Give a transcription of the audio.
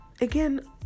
again